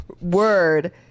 word